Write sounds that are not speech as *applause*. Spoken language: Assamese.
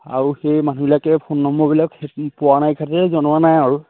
আৰু সেই মানুহবিলাকে ফোন নম্বৰবিলাক *unintelligible* পোৱা নাই কাৰণেই জনোৱা নাই আৰু